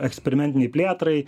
eksperimentinei plėtrai